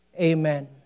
amen